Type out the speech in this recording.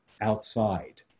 outside